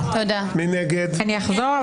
מי נמנע?